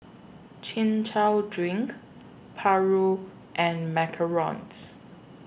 Chin Chow Drink Paru and Macarons